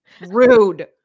Rude